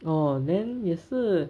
oh then 也是